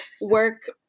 work